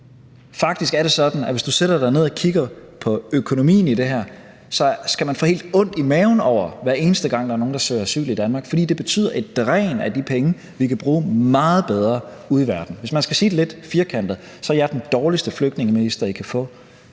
Faktisk er det sådan, at hvis man sætter sig ned og kigger på økonomien i det her, kan man få helt ondt i maven, hver eneste gang der er nogen, der søger asyl i Danmark. For det betyder et dræn af de penge, vi kan bruge meget bedre ude i verden. Hvis man skal sige det lidt firkantet, er jeg den dårligste flygtningeminister, I kan få.